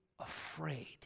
afraid